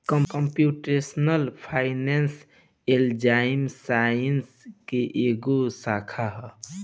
computational finance applied science के एगो शाखा ह